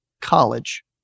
college